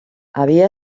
havia